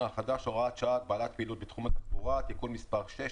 החדש (הוראת שעה) (הגבלתפעילות בתחום התחבורה) (תיקון מס׳ 6),